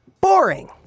boring